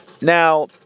Now